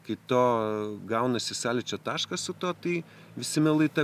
kai to gaunasi sąlyčio taškas su tuo tai visi mielai tą